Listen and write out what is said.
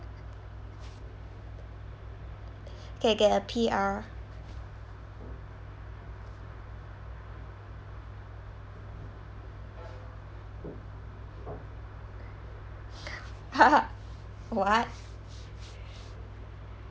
can get a P_R [what]